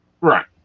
Right